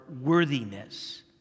worthiness